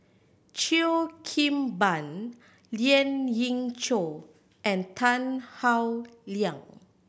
Cheo Kim Ban Lien Ying Chow and Tan Howe Liang